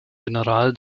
general